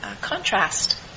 contrast